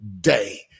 day